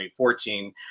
2014